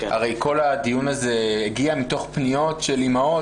הרי כל הדיון הזה הגיע מפניות של אימהות